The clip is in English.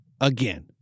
again